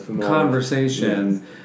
conversation